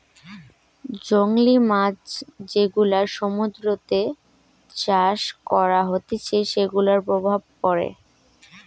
জংলী মাছ যেগুলা সমুদ্রতে চাষ করা হতিছে সেগুলার প্রভাব পড়ে